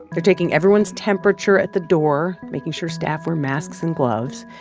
they're taking everyone's temperature at the door, making sure staff wear masks and gloves.